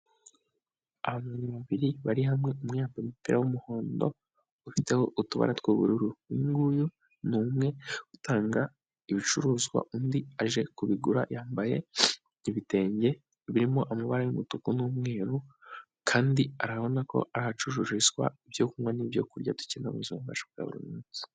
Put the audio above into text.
Abantu babiri bari hamwe, umwe yambaye umupira w'umuhondo, ufiteho utubara tw'ubururu, uyu nguyu ni umwe utanga ibicuruzwa, undi aje kubigura, yambaye ibitenge birimo amabara y'umutuku, n'umweru, kandi arabona ko aha hacururizwa ibyo kunywa n'ibyo kurya dukenera mu buzima bwacu bwa buri munsi.